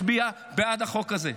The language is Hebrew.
הצביע בעד החוק הזה,